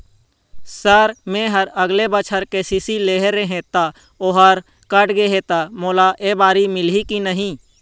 Sir मेहर अगले बछर के.सी.सी लेहे रहें ता ओहर कट गे हे ता मोला एबारी मिलही की नहीं?